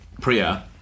Priya